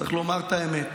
צריך לומר את האמת